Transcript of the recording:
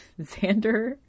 Xander